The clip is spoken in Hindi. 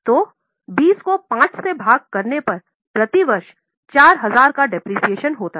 तो 20 को 5 से भाग करने पर प्रति वर्ष 4000 मूल्यह्रास है